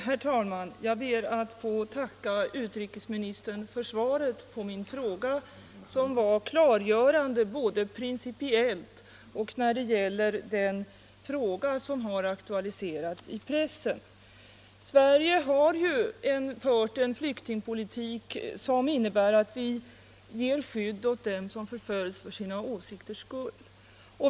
Herr talman! Jag ber att få tacka utrikesministern för svaret, som var klargörande både principiellt och när det gäller den fråga som har aktualiserats i pressen. Sverige har fört en flyktingpolitik som innebär att vi ger skydd åt dem som förföljs för sina åsikters skull.